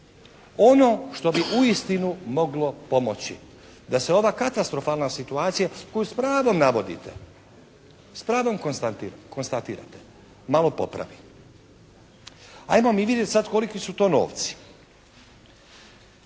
Ono što bi uistinu moglo pomoći da se ova katastrofalna situacija koju s pravom navodite, s pravom konstatirate malo popravi. Ajmo mi vidjeti sad koliki su to novci.